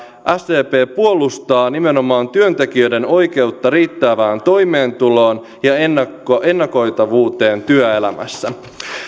sdp puolustaa nimenomaan työntekijöiden oikeutta riittävään toimeentuloon ja ennakoitavuuteen työelämässä